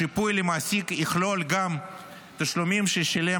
השיפוי למעסיק יכלול גם תשלומים ששילם